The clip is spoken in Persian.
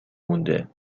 مونده